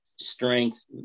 strength